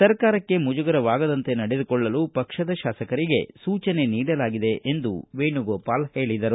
ಸರಕಾರಕ್ಷೆ ಮುಜುಗರವಾಗದಂತೆ ನಡೆದುಕೊಳ್ಳಲು ಪಕ್ಷದ ಶಾಸಕರಿಗೆ ಸೂಚನೆ ನೀಡಲಾಗಿದೆ ಎಂದು ವೇಣುಗೋಪಾಲ ಹೇಳದರು